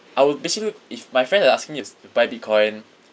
I would basically if my friends are asking me to buy bitcoin